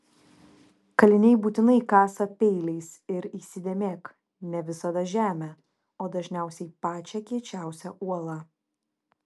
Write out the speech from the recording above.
kaliniai būtinai kasa peiliais ir įsidėmėk ne visada žemę o dažniausiai pačią kiečiausią uolą